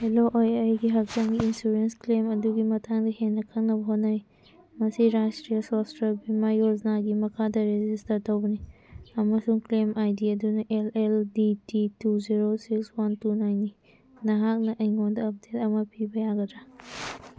hello ꯑꯩ ꯑꯩꯒꯤ ꯍꯛꯆꯥꯡꯒꯤ ꯏꯟꯁꯨꯔꯦꯟꯁ ꯀ꯭ꯂꯦꯝ ꯑꯗꯨꯒꯤ ꯃꯇꯥꯡꯗ ꯍꯦꯟꯅ ꯈꯪꯅꯕ ꯍꯣꯠꯅꯩ ꯃꯁꯤ ꯔꯥꯁꯇ꯭ꯔꯤꯌꯥ ꯁꯣꯁꯇ꯭ꯔꯥ ꯚꯤꯃꯥ ꯌꯣꯖꯅꯥꯒꯤ ꯃꯈꯥꯗ ꯔꯦꯖꯤꯁꯇꯔ ꯇꯧꯕꯅꯤ ꯑꯃꯁꯨꯡ ꯀ꯭ꯂꯦꯝ ꯑꯥꯏ ꯗꯤ ꯑꯗꯨꯅ L L D T two zero six one two ꯅꯥꯏꯟꯅꯤ ꯅꯍꯥꯛꯅ ꯑꯩꯉꯣꯟꯗ ꯑꯞꯗꯦꯠ ꯑꯃ ꯄꯤꯕ ꯌꯥꯒꯗ꯭ꯔꯥ